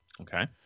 Okay